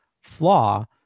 flaw